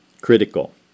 Critical